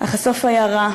אך הסוף היה רע,